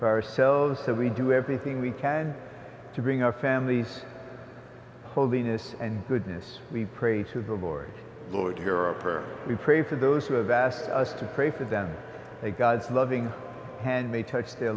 for ourselves that we do everything we can to bring our families holiness and goodness we pray to the board lord europe or we pray for those who have asked us to pray for them god's loving hand may touch their